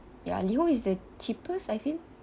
ya liho is the cheapest I feel